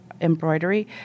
embroidery